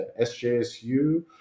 SJSU